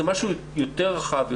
זה משהו יותר רחב,